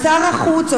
או שר החוץ,